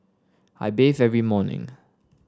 I bathe every morning